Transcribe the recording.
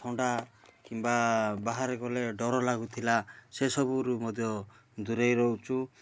ଥଣ୍ଡା କିମ୍ବା ବାହାରେ ଗଲେ ଡ଼ର ଲାଗୁଥିଲା ସେ ସବୁରୁ ମଧ୍ୟ ଦୁରେଇ ରହୁଛୁ